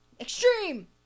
Extreme